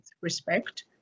respect